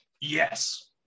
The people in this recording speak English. Yes